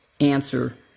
answer